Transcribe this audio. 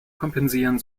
kompensieren